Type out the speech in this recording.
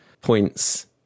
points